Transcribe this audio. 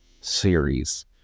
series